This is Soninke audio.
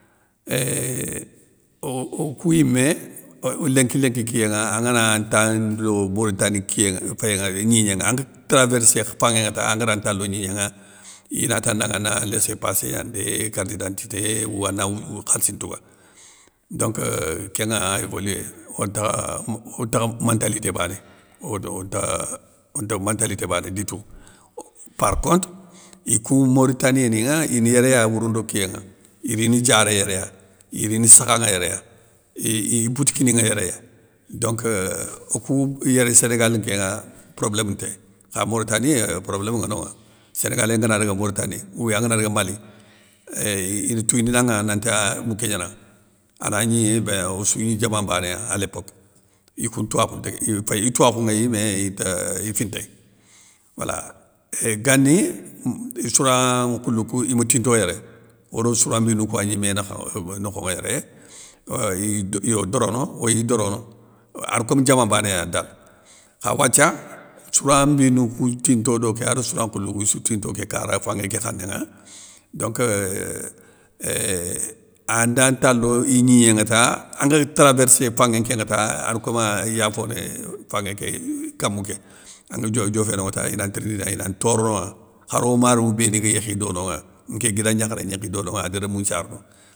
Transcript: Eééééh, o okou yimé o lénki lénki, kiyénŋa angana nta lo boyta ni kiyénŋa féyénŋa gnignéŋa, anga traversé fanŋé ŋa ta angara nta lo gnignéŋa, inata danŋa ana léssé passé gnane dé, kartidantité, ou ana woudiou khalssi ntouga, donc kénŋa a évoluyé ontakha, me ontakha mentalité bané, ode onta onte mentalité bané ditou. Par contre, ikou mourtanien ni ŋa ine yéré ya wouro ndo kiyénŋa, iri diara yéréya, irini sakhanŋa yéré ya i boutikini nŋa yéréya, donc euuh okou yéré sénégal nkénŋa, problém ntéy, kha mourtanie problém ŋa nonŋa, sénégalien ngana daga mourtanie oubien angana daga mali, éééhh ine touyindinanŋa nanti a mouké gnananŋa. Anagni béin ossou gni diaman mbané ya a lépoke, ikoun ntouwakhou nte iy féyi itouwakhouŋéy mé inta ifintéy wala. Gani sourana nkhoulou kou ima tinto yéré, odo souran mbinou kou ya gni mé nakha nokhonŋa yéré, euuuhh iyo dorono oyi dorono, ane kom diaman mbané yane ta, kha wathia souran mbinou kou tinto doké ado souran nkhoulou kou issou tinto ké kara fanŋé ké khanénŋa, donc éuuuhhh anda nta lo ignignénŋa ta angar traversé fanŋé nkénŋa ta, ane komeu iya foni, fanŋé ké yi kamou ké, anga dioffé nonŋa ta ina tirindini ya ina ntoronowa, kharo marémou béni ga yékhi dononŋa, nké guida gnakharé gnékhi dononŋa ade rémou nthiare no.